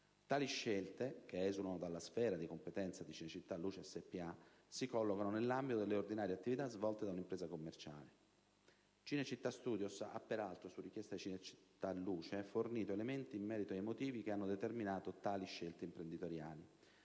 Tali scelte, che esulano dalla sfera di competenza di Cinecittà Luce SpA, si collocano nell'ambito delle ordinarie attività svolte da un'impresa commerciale. Cinecittà Studios ha peraltro, su richiesta di Cinecittà Luce, fornito elementi in merito ai motivi che hanno determinato tali scelte imprenditoriali,